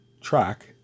track